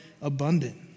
abundant